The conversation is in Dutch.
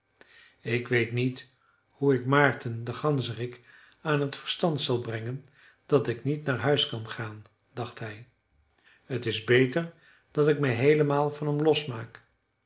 ik weet niet hoe ik maarten den ganzerik aan t verstand zal brengen dat ik niet naar huis kan gaan dacht hij t is beter dat ik me heelemaal van hem losmaak